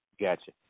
Gotcha